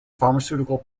pharmaceutical